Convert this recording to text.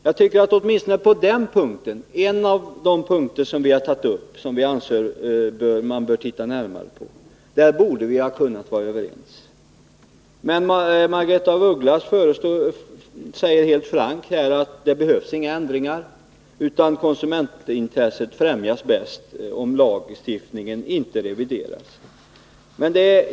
Jag tycker att vi åtminstone på den punkten — en av de punkter som vi har tagit upp och sagt att vi önskar att man tittar närmare på — borde ha kunnat vara överens. Men Margaretha af Ugglas säger här helt frankt att det inte behövs några ändringar, utan att konsumentintresset bäst främjas av att lagstiftningen inte revideras.